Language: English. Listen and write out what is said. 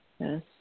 Yes